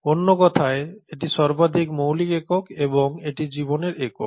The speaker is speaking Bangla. অন্য কথায় এটি সর্বাধিক মৌলিক একক এবং এটি জীবনের একক